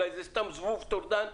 אולי זה סתם זבוב טורדני.